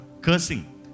Cursing